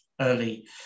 early